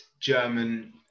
German